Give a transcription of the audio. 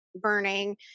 burning